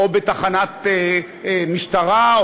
או בתחנת משטרה,